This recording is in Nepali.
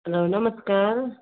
हेलो नमस्कार